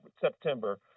September